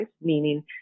meaning